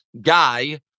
guy